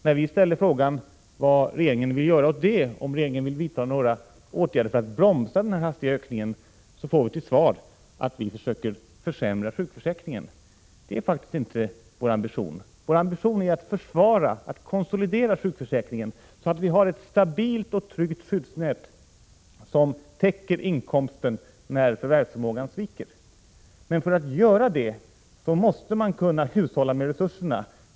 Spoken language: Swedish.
När vi frågar om regeringen vill vidta några åtgärder för att bromsa denna ökning får vi till svar att vi försöker försämra sjukförsäkringen. Det är faktiskt inte vår ambition. Vår ambition är att försvara — konsolidera — sjukförsäkringen så att vi har ett stabilt och tryggt skyddsnät som täcker inkomstbortfallet när förvärvsförmågan sviker. För att göra detta måste man kunna hushålla med resurserna.